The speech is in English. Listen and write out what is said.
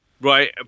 right